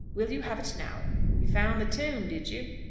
will you have it now? you found the tomb, did you?